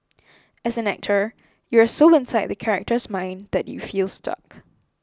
as an actor you are so inside the character's mind that you feel stuck